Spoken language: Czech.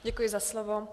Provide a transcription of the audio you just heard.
Děkuji za slovo.